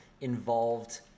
involved